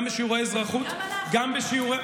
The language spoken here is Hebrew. גם בשיעורי אזרחות, גם אנחנו.